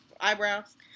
eyebrows